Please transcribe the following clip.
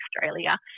Australia